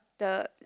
the